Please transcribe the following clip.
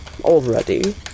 already